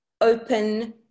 open